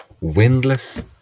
windless